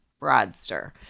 fraudster